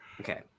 Okay